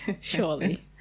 Surely